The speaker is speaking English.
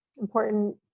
important